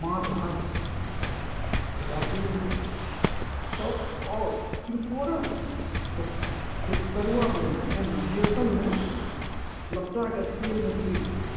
माछ भातके बाते नहि हुए तऽ आओर तिरकोराके तरुआ बनै छै केना बेसनमे लपटाके तेलमे तरिके